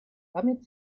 damit